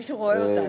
שמישהו רואה אותנו.